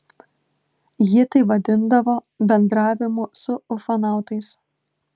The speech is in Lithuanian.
ji tai vadindavo bendravimu su ufonautais